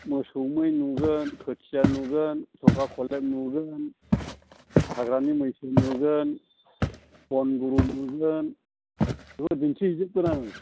मोसौ मै नुगोन खोथिया नुगोन सख्रा खरलेब नुगोन हाग्रानि मैसो नुगोन बन गुरु नुगोन बेफोरखौ दिन्थिहैजोबगोन आङो